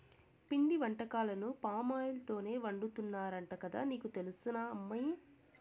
పిండి వంటకాలను పామాయిల్ తోనే వండుతున్నారంట కదా నీకు తెలుసునా అమ్మీ